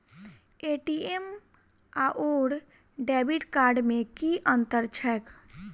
ATM आओर debit card मे की अंतर छैक?